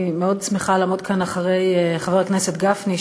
אני מאוד שמחה לעמוד כאן אחרי חבר הכנסת גפני,